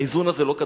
האיזון הזה לא קדוש.